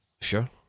Sure